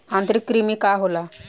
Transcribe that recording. आंतरिक कृमि का होला?